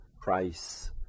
price